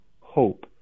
hope